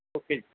okay